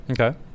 Okay